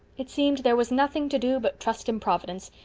it seemed there was nothing to do but trust in providence,